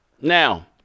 Now